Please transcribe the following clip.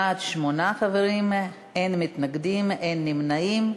בעד, שמונה חברים, אין מתנגדים, אין נמנעים.